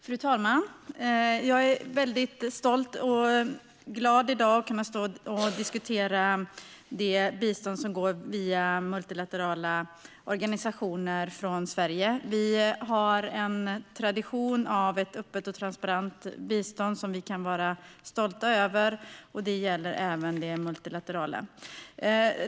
Fru talman! Jag är väldigt stolt och glad i dag över att kunna stå och diskutera det bistånd som går via multilaterala organisationer från Sverige. Vi har en tradition av ett öppet och transparent bistånd som vi kan vara stolta över, och det gäller även det multilaterala.